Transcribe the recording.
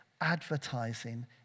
advertising